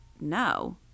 no